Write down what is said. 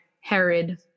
Herod